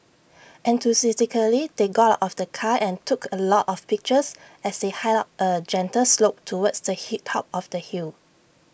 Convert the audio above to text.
enthusiastically they got out of the car and took A lot of pictures as they hiked up A gentle slope towards the top of the hill